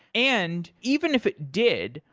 and even if it did,